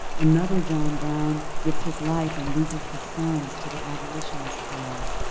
another john brown gives his life and loses his sons to the abolitionist cause,